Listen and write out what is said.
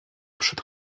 przed